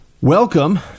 welcome